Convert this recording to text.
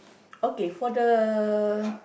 okay for the